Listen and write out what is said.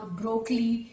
broccoli